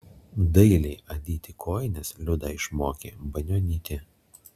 dailiai adyti kojines liudą išmokė banionytė